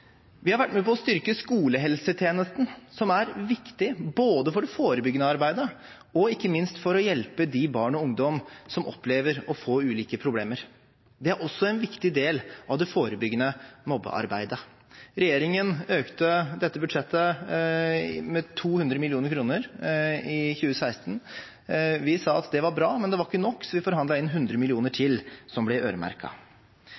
Vi har vært med på å styrke skolehelsetjenesten, som er viktig både for det forbyggende arbeidet og ikke minst for å hjelpe barn og ungdom som opplever å få ulike problemer. Det er også en viktig del av det forebyggende mobbearbeidet. Regjeringen økte dette budsjettet med 200 mill. kr i 2016. Vi sa det var bra, men ikke nok. Så vi forhandlet inn 100